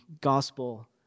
gospel